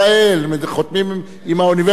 הם חותמים עם האוניברסיטה העברית,